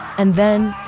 and then,